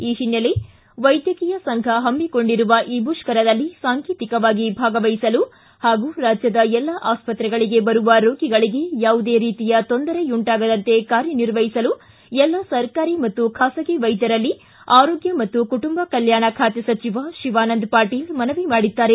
ಈ ಹಿನ್ನೆಲೆ ವೈದ್ಯಕೀಯ ಸಂಘ ಹಮ್ಮಿಕೊಂಡಿರುವ ಈ ಮುಷ್ಕರದಲ್ಲಿ ಸಾಂಕೇತಿಕವಾಗಿ ಭಾಗವಹಿಸಲು ಹಾಗೂ ರಾಜ್ಯದ ಎಲ್ಲ ಆಸ್ಪತ್ರೆಗಳಿಗೆ ಬರುವ ರೋಗಿಗಳಿಗೆ ಯಾವುದೇ ರೀತಿ ತೊಂದರೆಯುಂಟಾಗದಂತೆ ಕಾರ್ಯನಿರ್ವಹಿಸಲು ಎಲ್ಲ ಸರ್ಕಾರಿ ಮತ್ತು ಖಾಸಗಿ ವೈದ್ಯರಲ್ಲಿ ಆರೋಗ್ಯ ಮತ್ತು ಕುಟುಂಬ ಕಲ್ಕಾಣ ಖಾತೆ ಸಚಿವ ಶಿವಾನಂದ ಪಾಟೀಲ್ ಮನವಿ ಮಾಡಿದ್ದಾರೆ